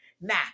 now